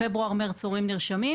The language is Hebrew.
בפברואר-מרץ הורים נרשמים,